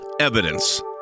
evidence